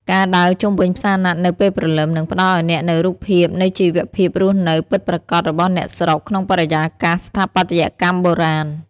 ការដើរជុំវិញផ្សារណាត់នៅពេលព្រលឹម នឹងផ្តល់ឱ្យអ្នកនូវរូបភាពនៃជីវភាពរស់នៅពិតប្រាកដរបស់អ្នកស្រុក ក្នុងបរិយាកាសស្ថាបត្យកម្មបុរាណ។